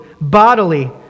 bodily